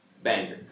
Banger